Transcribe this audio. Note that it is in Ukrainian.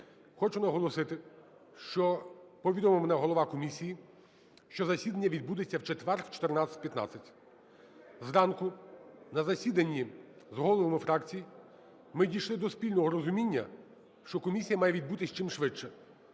Хочу наголосити, що повідомив мене голова комісії, що засідання відбудеться в четвер о 14:15. Зранку на засіданні з головами фракцій ми дійшли до спільного розуміння, що комісія має відбутись чим швидше.